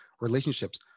relationships